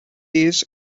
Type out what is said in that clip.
days